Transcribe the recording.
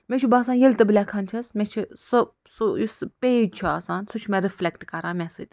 مےٚ چھُ باسان ییٚلہِ تہِ بہٕ لٮ۪کھان چھَس مےٚ چھِ سُہ سُہ یُس پیج چھُ آسان سُہ چھُ مےٚ رفلٮ۪کٹ کَران مےٚ سۭتۍ